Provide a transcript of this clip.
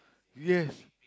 yes